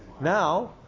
Now